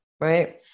right